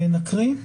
נקריא?